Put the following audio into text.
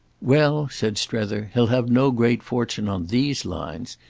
well, said strether, he'll have no great fortune on these lines.